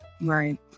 Right